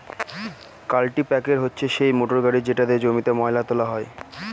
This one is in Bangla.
কাল্টিপ্যাকের হচ্ছে সেই মোটর গাড়ি যেটা দিয়ে জমিতে ময়লা তোলা হয়